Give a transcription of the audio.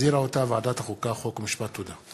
לוועדת החוקה, חוק ומשפט נתקבלה.